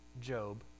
Job